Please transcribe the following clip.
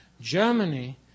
Germany